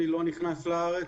מי לא נכנס לארץ,